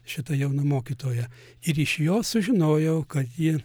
šita jauna mokytoja ir iš jos sužinojau kad ji